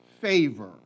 favor